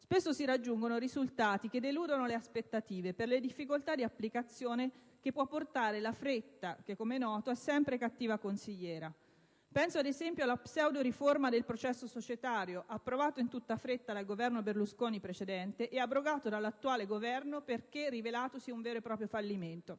spesso si raggiungono risultati che deludono le aspettative per le difficoltà di applicazione che può portare la fretta che, come noto, è sempre cattiva consigliera. Penso, ad esempio, alla pseudoriforma del processo societario, approvato in tutta fretta dal Governo Berlusconi precedente e abrogato dall'attuale Governo perché rivelatosi un vero e proprio fallimento.